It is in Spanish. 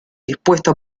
dispuesto